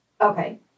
Okay